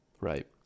Right